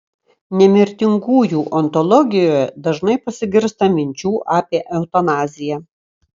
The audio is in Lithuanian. nemirtingųjų ontologijoje dažnai pasigirsta minčių apie eutanaziją